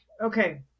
Okay